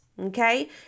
Okay